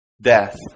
Death